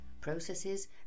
processes